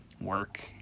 work